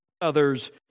others